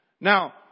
Now